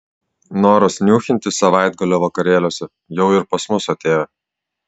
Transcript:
noras niūchinti savaitgalio vakarėliuose jau ir pas mus atėjo